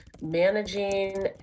managing